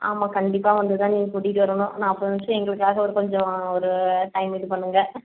ஆமாம் கண்டிப்பாக வந்து தான் நீங்கள் கூட்டிகிட்டு வரணும் நாற்பது நிமிஷம் எங்களுக்காக ஒரு கொஞ்சம் ஒரு டைம் இது பண்ணுங்கள்